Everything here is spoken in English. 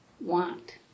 want